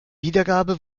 wiedergabe